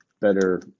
better